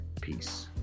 Peace